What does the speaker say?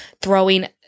throwing